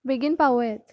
बेगीन पावयात